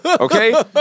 okay